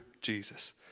Jesus